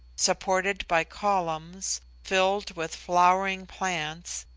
supported by columns, filled with flowering plants,